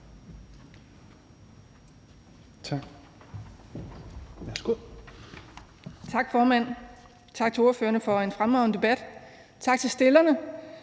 (RV): Tak, formand. Tak til ordførerne for en fremragende debat. Tak til dem,